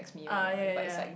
uh yea yea yea